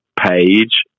page